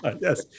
yes